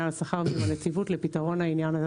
על השכר ועם הנציבות לפתרון העניין הזה.